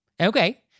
Okay